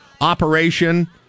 operation